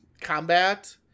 combat